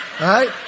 right